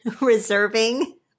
reserving